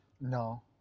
No